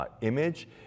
image